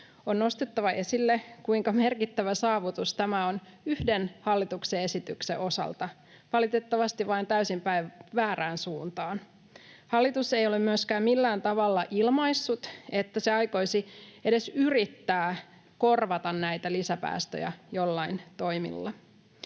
On nostettava esille, kuinka merkittävä saavutus tämä on yhden hallituksen esityksen osalta — valitettavasti vain täysin väärään suuntaan. Hallitus ei ole myöskään millään tavalla ilmaissut, että se aikoisi edes yrittää korvata näitä lisäpäästöjä joillain toimilla.